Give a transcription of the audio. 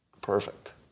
Perfect